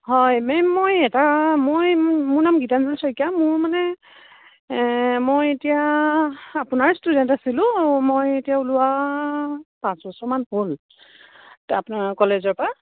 হয় মেম মই এটা মই মোৰ নাম গীতাঞ্জলি শইকীয়া মোৰ মানে মই এতিয়া আপোনাৰে ষ্টুডেণ্ট আছিলোঁ মই এতিয়া ওলোৱা পাঁচ বছৰমান হ'ল তো আপোনাৰ কলেজৰ পৰা